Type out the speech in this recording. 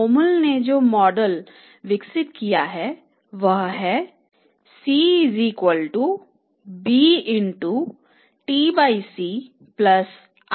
Baumol ने जो model विकसित किया है वह C bTC iC2 है